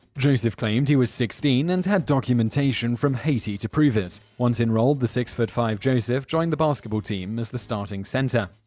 joseph claimed he was sixteen, and had documentation from haiti to prove it. once enrolled, the six foot five joseph joined the basketball team as the starting center.